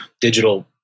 digital